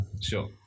Sure